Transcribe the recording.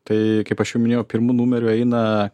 tai kaip aš jau minėjau pirmu numeriu eina